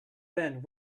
band